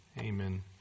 Amen